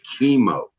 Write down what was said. Chemo